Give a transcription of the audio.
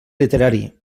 literari